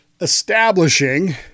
establishing